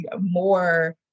more